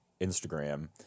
Instagram